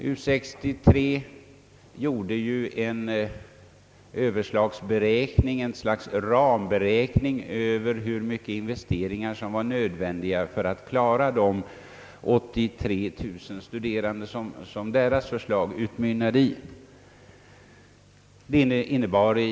U 63 gjorde en överslagsberäkning, ett slags ramberäkning, över hur mycket investeringar som var nödvändiga för att klara de 83 000 studerande som deras förslag utgick från.